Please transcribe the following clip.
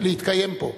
להתקיים פה.